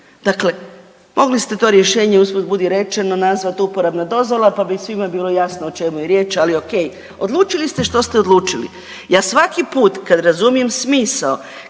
Dakle, mogli ste to rješenje usput budi rečeno nazvat uporabna dozvola, pa bi svima bilo jasno o čemu je riječ, ali okej, odlučili ste što ste odlučili. Ja svaki put kad razumijem smisao,